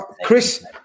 Chris